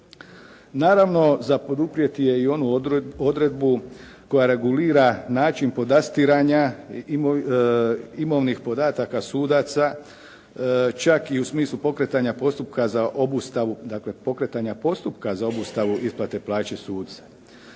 Naravno, za poduprijeti je i onu odredbu koja regulira način podastiranja imovnih podataka sudaca, čak i u smislu pokretanja postupka za obustavu isplate plaće suca.